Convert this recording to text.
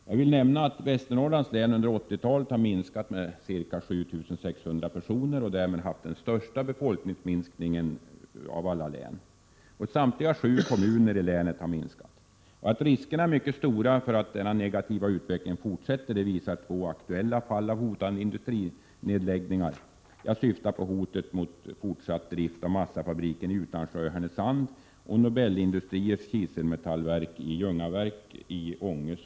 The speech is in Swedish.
Jag vill nämna att Västernorrlands läns befolkning under 80-talet har minskat med ca 7 600 personer och att detta län därmed haft den största befolkningsminskningen av alla län. I samtliga sju kommuner i länet har befolkningen minskat. Att risken är mycket stor att denna negativa utveckling fortsätter visar aktuella fall när det gäller hotande industrinedläggningar. Jag syftar på hotet mot fortsatt drift av massafabriken Utansjö, Härnösand och Nobelindustriers kiselmetallverk Ljungaverk, Ånge.